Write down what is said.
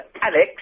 Alex